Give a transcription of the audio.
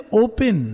open